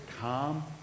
calm